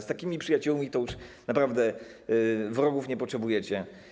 Z takimi przyjaciółmi to już naprawdę wrogów nie potrzebujecie.